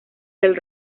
del